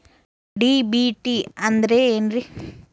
DBT ಅಂದ್ರ ಏನ್ರಿ?